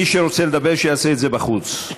מי שרוצה לדבר שיעשה את זה בחוץ.